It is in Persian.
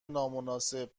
نامناسب